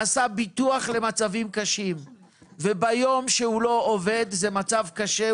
עשה ביטוח למצבים קשים וביום שהוא לא עובד זה מצב קשה,